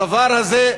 הדבר הזה,